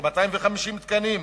כ-250 תקנים,